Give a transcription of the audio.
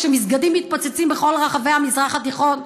כשמסגדים מתפוצצים בכל רחבי המזרח התיכון,